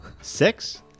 Six